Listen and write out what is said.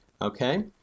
okay